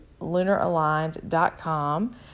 lunaraligned.com